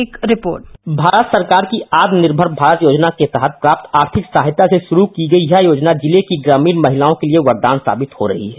एक रिपोर्ट भारत सरकार की आत्मनिर्मर भारत योजना के तहत प्राप्त आर्थिक सहायता से शुरू की गई यह योजना जिले की ग्रामीण महिलायों के लिए वरदान साबित हो रही है